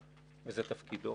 וזה תפקידו